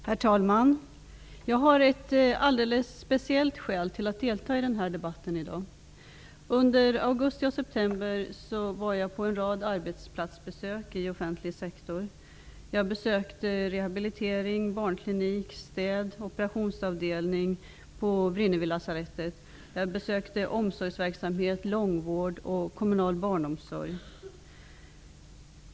Herr talman! Jag har ett alldeles speciellt skäl till att delta i den här debatten i dag. Under augusti och september var jag på en rad arbetsplatsbesök i den offentliga sektorn. Jag besökte rehabilitering, barnklinik, städavdelning och operationsavdelning på Vrinnevilasarettet. Jag besökte omsorgsverksamhet, långvård och kommunal barnomsorg.